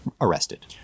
arrested